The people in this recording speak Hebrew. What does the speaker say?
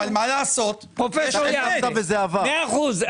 מאה אחוז.